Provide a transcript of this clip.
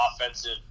offensive